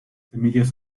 semillas